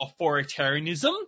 authoritarianism